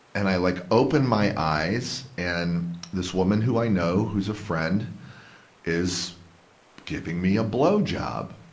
and i like open my eyes, and this woman who i know who's a friend is giving me a blowjob,